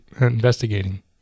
investigating